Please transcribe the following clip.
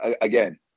again